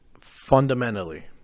Fundamentally